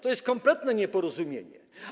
To jest kompletne nieporozumienie.